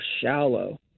shallow